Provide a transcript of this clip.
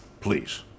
Please